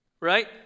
right